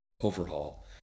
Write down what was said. overhaul